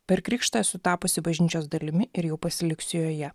per krikštą esu tapusi bažnyčios dalimi ir jau pasiliksiu joje